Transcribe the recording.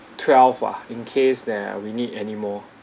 twelve ah in case that uh we need any more